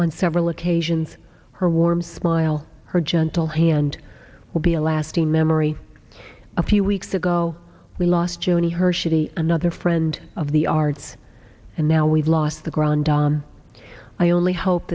on several occasions her warm smile her gentle hand will be a lasting memory a few weeks ago we lost joni hershey another friend of the arts and now we've lost the grandon i only hope